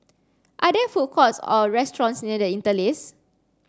are there food courts or restaurants near The Interlace